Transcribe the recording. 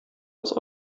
aus